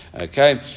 Okay